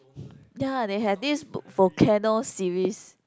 ya they have this book volcano series